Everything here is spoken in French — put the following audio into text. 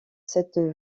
cette